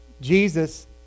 Jesus